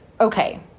Okay